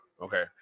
okay